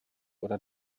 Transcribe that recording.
oder